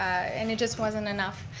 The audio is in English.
and it just wasn't enough.